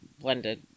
blended